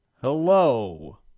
Hello